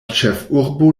ĉefurbo